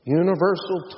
universal